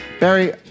Barry